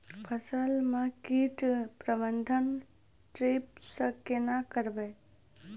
फसल म कीट प्रबंधन ट्रेप से केना करबै?